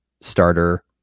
starter